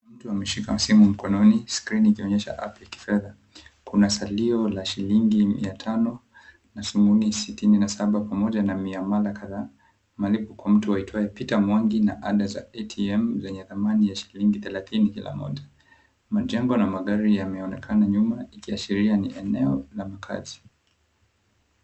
Mtu ameshika simu mkononi skrini ikionyesha app ya kifedha. Kuna salio la shillingi mia tano na sumuni sitini na saba pamoja na miamala kadhaa malipo kwa mtu aitwae, Peter Mwangi na ada za ATM zenye thamani ya shillingi thelatini ya kila moja. Majengo la magari yameonekana nyuma ikiashiria ni eneo la makazi.